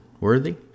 Worthy